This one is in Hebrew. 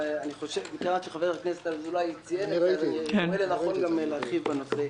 מכיוון שחבר הכנסת אזולאי ציין את זה אני רואה לנכון להרחיב בנושא.